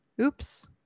Oops